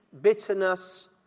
bitterness